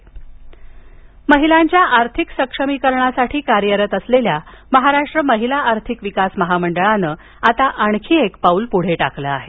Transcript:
बचत गट ऑनलाईन महिलांच्या आर्थिक सक्षमीकरणासाठी कार्यरत असलेल्या महाराष्ट्र महिला आर्थिक विकास महामंडळानं आता आणखी एक पाउल पुढे टाकलं आहे